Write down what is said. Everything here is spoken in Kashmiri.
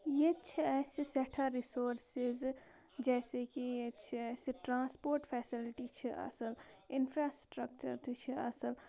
ییٚتہِ چھِ اَسہِ سٮ۪ٹھاہ رِسورسِز جیسے کہِ ییٚتہِ چھِ اَسہِ ٹرٛانسپوٹ فٮ۪سَلٹی چھِ اَصٕل اِنفرٛاسٕٹرَکچَر تہِ چھِ اَصٕل